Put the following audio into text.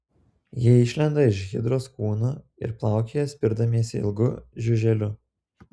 jie išlenda iš hidros kūno ir plaukioja spirdamiesi ilgu žiuželiu